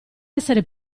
essere